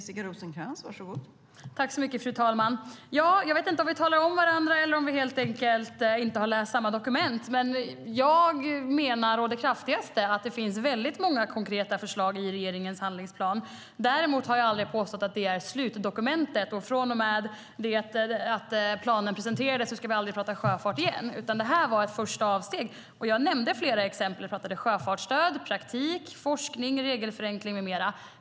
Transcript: Fru talman! Jag vet inte om vi talar förbi varandra eller om vi helt enkelt inte har läst samma dokument, men jag menar å det kraftigaste att det finns väldigt många konkreta förslag i regeringens handlingsplan. Däremot har jag aldrig påstått att det är slutdokumentet och att vi från och med det att planen presenterades aldrig ska prata sjöfart igen. Det här var ett första avstamp, och jag nämnde flera exempel. Jag pratade om sjöfartsstöd, praktik, forskning, regelförenkling med mera.